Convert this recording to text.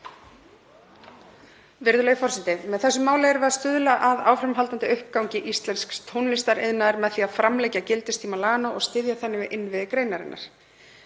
Virðulegi forseti. Með þessu máli erum við að stuðla að áframhaldandi uppgangi íslensks tónlistariðnaðar með því að framlengja gildistíma laganna og styðja þannig við innviði greinarinnar.